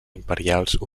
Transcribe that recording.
imperials